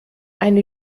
eine